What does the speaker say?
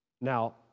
Now